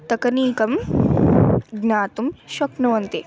तकनीकं ज्ञातुं शक्नुवन्ति